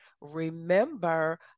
Remember